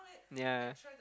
ya